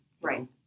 Right